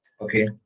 okay